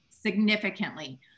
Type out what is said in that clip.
significantly